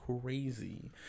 crazy